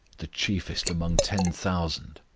the chiefest among ten thousand.